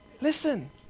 listen